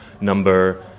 number